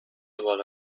بالا